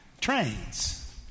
trains